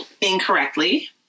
incorrectly